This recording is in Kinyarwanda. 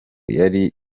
yari